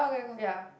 ya